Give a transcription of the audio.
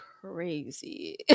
crazy